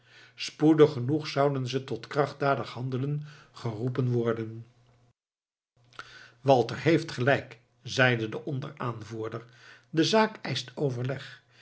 spoedig genoeg zouden ze tot krachtdadig handelen geroepen worden walter heeft gelijk zeide de onder aanvoerder de zaak eischt overleg